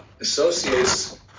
associates